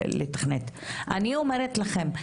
אני אומרת לכם,